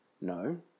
No